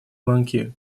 ланки